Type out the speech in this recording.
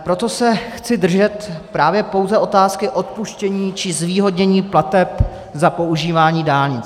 Proto se chci držet právě pouze otázky odpuštění či zvýhodnění plateb za používání dálnic.